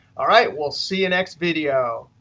all right, we'll see you next video.